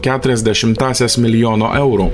keturias dešimtąsias miljono eurų